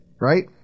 right